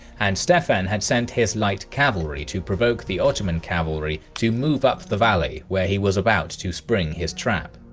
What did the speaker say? and stephen has sent his light cavalry to provoke the ottoman cavalry to move up the valley where he was about to spring his trap.